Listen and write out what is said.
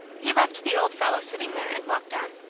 he left the old fellow sitting there and walked on.